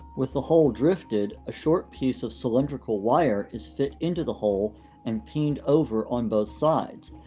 with the hole drifted, a short piece of cylindrical wire is fit into the hole and piened over on both sides.